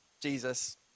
Jesus